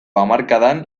hamarkadan